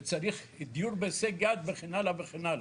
שצריך דיור בהישג יד וכן הלאה וכן הלאה.